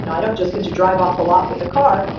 and i don't just get to drive off the lot with a car.